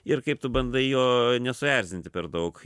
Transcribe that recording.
ir kaip tu bandai jo nesuerzinti per daug